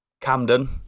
Camden